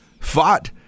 fought